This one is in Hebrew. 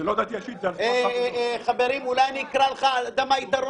אני אשקול אם להצביע על זה,